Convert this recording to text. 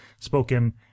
spoken